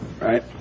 Right